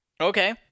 Okay